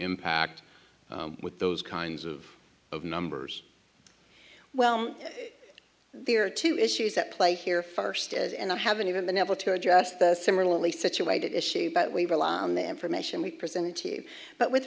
impact with those kinds of numbers well there are two issues at play here first is and i haven't even been able to address the similarly situated issue but we relied on the information we presented to you but with